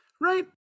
Right